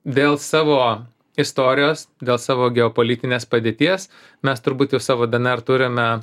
dėl savo istorijos dėl savo geopolitinės padėties mes turbūt savo dnr turime